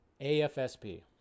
AFSP